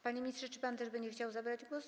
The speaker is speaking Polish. Panie ministrze, czy pan też będzie chciał zabrać głos?